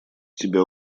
тебя